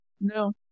no